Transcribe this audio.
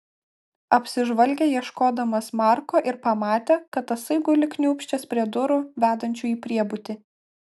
apsižvalgė ieškodamas marko ir pamatė kad tasai guli kniūbsčias prie durų vedančių į priebutį